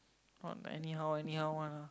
not anyhow anyhow one lah